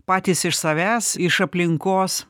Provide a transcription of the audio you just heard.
patys iš savęs iš aplinkos